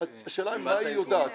השאלה היא מה היא יודעת.